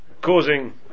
causing